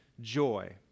joy